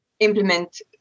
implement